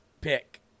pick